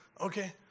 Okay